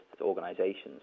organisations